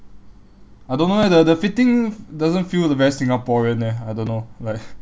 I don't know eh the the fitting doesn't feel very singaporean eh I don't know like